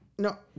No